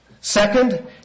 second